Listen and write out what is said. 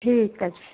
ਠੀਕ ਹੈ ਜੀ